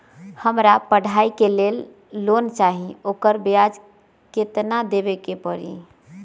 हमरा पढ़ाई के लेल लोन चाहि, ओकर ब्याज केतना दबे के परी?